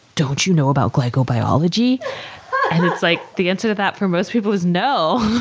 don't you know about glycobiology? it's like, the answer to that for most people is no.